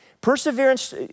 Perseverance